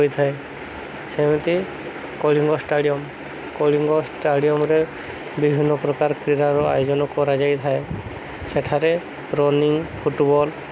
ହୋଇଥାଏ ସେମିତି କଳିଙ୍ଗ ଷ୍ଟାଡ଼ିୟମ୍ କଳିଙ୍ଗ ଷ୍ଟାଡ଼ିୟମ୍ରେ ବିଭିନ୍ନ ପ୍ରକାର କ୍ରୀଡ଼ାର ଆୟୋଜନ କରାଯାଇଥାଏ ସେଠାରେ ରନିଙ୍ଗ ଫୁଟବଲ୍